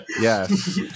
Yes